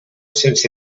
sense